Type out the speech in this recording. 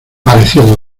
pareció